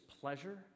pleasure